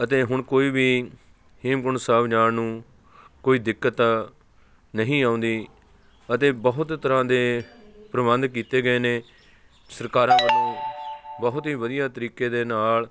ਅਤੇ ਹੁਣ ਕੋਈ ਵੀ ਹੇਮਕੁੰਟ ਸਾਹਿਬ ਜਾਣ ਨੂੰ ਕੋਈ ਦਿੱਕਤ ਨਹੀਂ ਆਉਂਦੀ ਅਤੇ ਬਹੁਤ ਤਰ੍ਹਾਂ ਦੇ ਪ੍ਰਬੰਧ ਕੀਤੇ ਗਏ ਨੇ ਸਰਕਾਰਾਂ ਵੱਲੋਂ ਬਹੁਤ ਹੀ ਵਧੀਆ ਤਰੀਕੇ ਦੇ ਨਾਲ